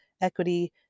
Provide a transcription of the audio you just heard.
equity